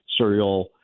cereal